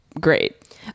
great